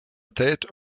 tête